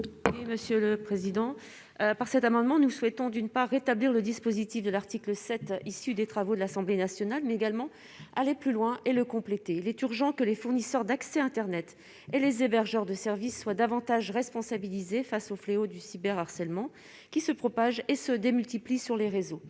Monsieur le président, par cet amendement, nous souhaitons, d'une part rétablir le dispositif de l'article 7 issu des travaux de l'Assemblée nationale, mais également aller plus loin et le compléter, il est urgent que les fournisseurs d'accès Internet et les hébergeurs de services soient davantage responsabilisés face au fléau du cyber harcèlement qui se propage et se démultiplie sur les réseaux,